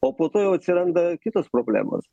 o po to jau atsiranda kitos problemos